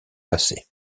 passé